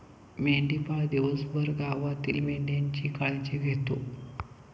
मेंढपाळ दिवसभर गावातील मेंढ्यांची काळजी घेतो